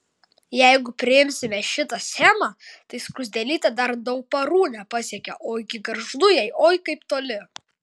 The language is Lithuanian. jeigu priimsime šitą schemą tai skruzdėlytė dar dauparų nepasiekė o iki gargždų jai oi kaip toli